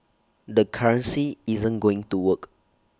the currency isn't going to work